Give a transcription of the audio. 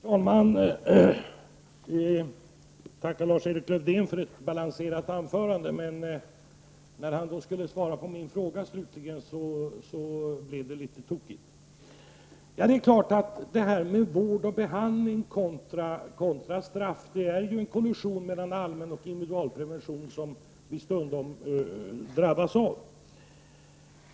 Herr talman! Jag tackar Lars-Erik Lövdén för ett välbalanserat anförande. Men när han skulle svara på min fråga slutligen blev det litet tokigt. Det är klart att vård och behandling kontra straff är en kollision mellan allmän och individuell prevention som vi stundom möter.